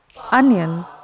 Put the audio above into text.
onion